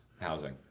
Housing